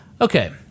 Okay